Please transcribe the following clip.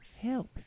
Help